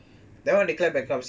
that [one] declare bankruptcy ah